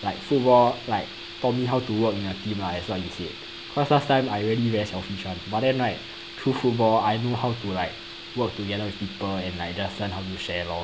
like football like taught me how to work in a team lah as what you said cause last time I really very selfish one but then right through football I know how to like work together with people and like just learn how to share lor